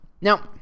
Now